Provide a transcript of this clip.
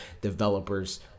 developers